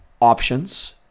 options